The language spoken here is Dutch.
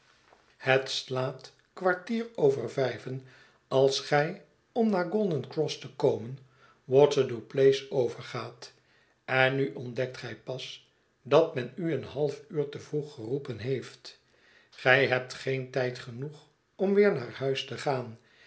het slaat kwartier over vijven als gij om naar golden cross te komen waterlooplace overgaat en nu ontdekt gij pas dat men u een half uur te vroeg geroepen heeft gij hebt geen tijd genoeg om weer naar huis te gaan